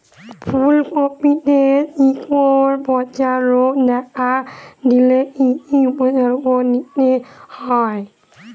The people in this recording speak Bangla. ফুলকপিতে শিকড় পচা রোগ দেখা দিলে কি কি উপসর্গ নিতে হয়?